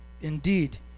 Indeed